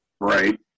Right